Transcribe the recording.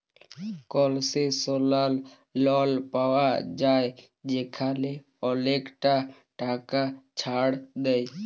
কলসেশলাল লল পাউয়া যায় যেখালে অলেকটা টাকা ছাড় দেয়